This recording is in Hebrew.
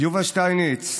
יובל שטייניץ,